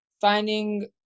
finding